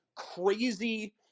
crazy